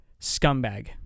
scumbag